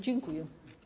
Dziękuję.